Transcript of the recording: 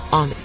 on